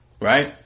Right